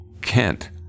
Kent